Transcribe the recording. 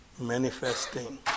manifesting